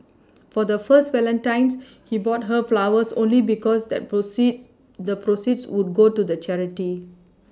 for their first Valentine's he bought her flowers only because they proceeds the proceeds would go to the charity